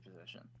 position